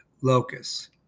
locus